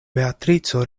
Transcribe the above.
beatrico